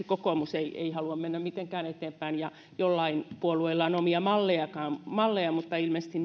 kokoomus ei ei halua mennä mitenkään eteenpäin ja joillain puolueilla on omia malleja mutta ilmeisesti